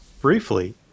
briefly